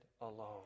alone